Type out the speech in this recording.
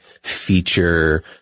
feature